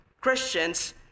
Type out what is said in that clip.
christians